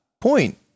point